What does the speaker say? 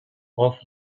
off